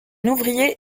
ouvrier